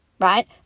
Right